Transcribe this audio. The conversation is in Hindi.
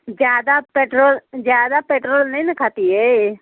ज़्यादा पेट्रोल ज़्यादा पेट्रोल नहीं ना खाती है